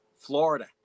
Florida